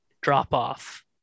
drop-off